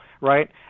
right